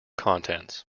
contents